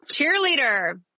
Cheerleader